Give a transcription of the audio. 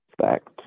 fact